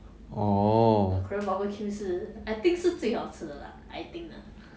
the korean barbecue 是 I think 是最好吃的 lah I think ah